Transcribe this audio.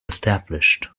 established